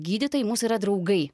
gydytojai mūsų yra draugai